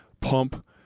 Pump